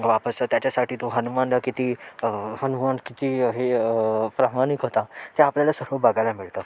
वापस त्याच्यासाठी तो हनुमान किती हनुमान किती हे प्रामाणिक होता ते आपल्याला सर्व बघायला मिळतं